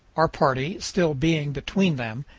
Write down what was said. our party still being between them,